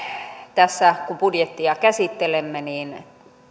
tässä kun budjettia käsittelemme